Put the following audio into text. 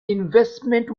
investment